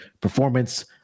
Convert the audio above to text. performance